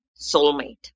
soulmate